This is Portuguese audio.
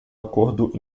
acordo